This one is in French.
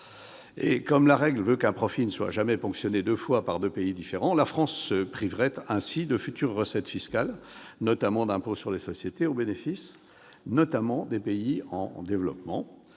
Comme la règle veut qu'un même profit ne soit jamais ponctionné deux fois par deux pays différents, la France se priverait ainsi de futures recettes fiscales, notamment d'impôt sur les sociétés, au bénéfice notamment des pays en développement.